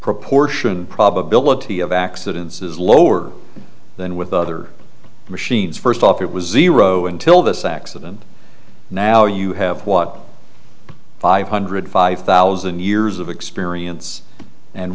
proportion probability of accidents is lower than with other machines first off it was zero until this accident now you have what five hundred five thousand years of experience and